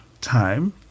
time